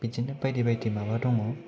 बिदिनो बायदि बायदि माबा दङ'